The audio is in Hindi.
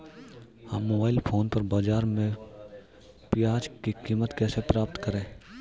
हम मोबाइल फोन पर बाज़ार में प्याज़ की कीमत कैसे पता करें?